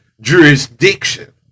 jurisdiction